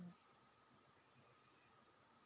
mm